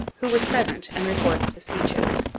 who was present and records the speeches.